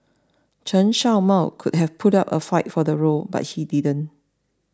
Chen Show Mao could have put up a fight for the role but he didn't